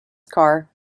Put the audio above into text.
car